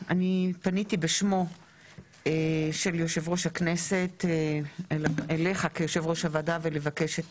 פניתי בשמו של יושב ראש הכנסת אליך כיושב ראש הוועדה כדי לבקש את